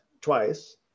twice